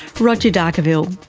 roger dargaville,